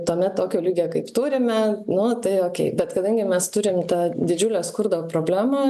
tame tokio lygio kaip turime nu tai okei bet kadangi mes turim tą didžiulę skurdo problemą